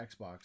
Xbox